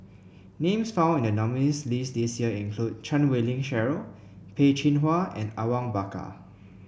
names found in the nominees' list this year include Chan Wei Ling Cheryl Peh Chin Hua and Awang Bakar